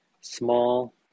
small